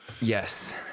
Yes